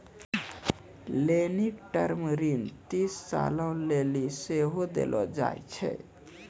लेनिक टर्म ऋण तीस सालो लेली सेहो देलो जाय छै